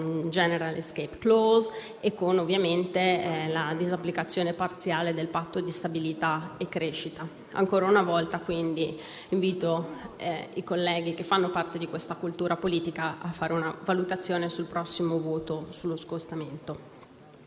*general escape clause* e con la disapplicazione parziale del Patto di stabilità e crescita. Ancora una volta, quindi, invito i colleghi che fanno parte di questa cultura politica a fare una valutazione sul prossimo voto sullo scostamento.